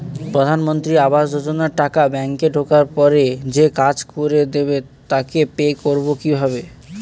প্রধানমন্ত্রী আবাস যোজনার টাকা ব্যাংকে ঢোকার পরে যে কাজ করে দেবে তাকে পে করব কিভাবে?